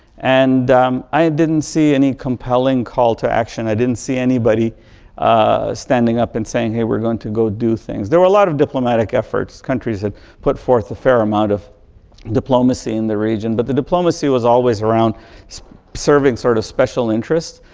and um i didn't see any compelling call to action. i didn't see anybody standing up and saying, hey, we're going to go do things. there were a lot of diplomatic efforts, countries that put forth a fair amount of diplomacy in the region, but the diplomacy was always around serving sort of special interest.